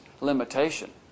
limitation